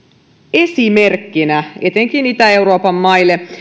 esimerkkinä etenkin itä euroopan maille